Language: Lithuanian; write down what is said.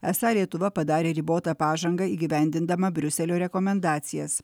esą lietuva padarė ribotą pažangą įgyvendindama briuselio rekomendacijas